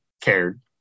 cared